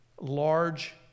large